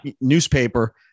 newspaper